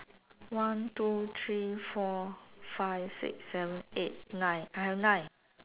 one two three four five six seven eight nine I have nine